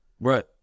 Right